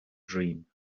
dream